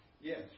Yes